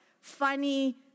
funny